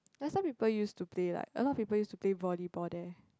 last time people used to play like a lot of people used to play volleyball there